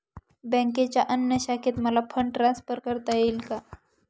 बँकेच्या अन्य शाखेत मला फंड ट्रान्सफर करता येईल का?